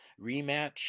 rematch